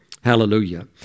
Hallelujah